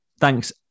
thanks